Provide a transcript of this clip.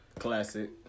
Classic